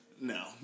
no